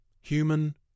human